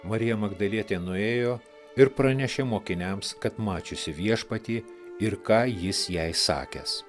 marija magdalietė nuėjo ir pranešė mokiniams kad mačiusi viešpatį ir ką jis jai sakęs